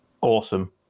awesome